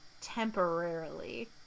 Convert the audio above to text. temporarily